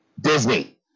disney